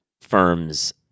firms